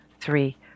three